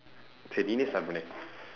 சரி நீயே சாப்பிடு அண்ணே:sari niiyee saappidu annee